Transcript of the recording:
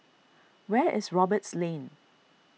where is Roberts Lane